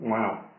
Wow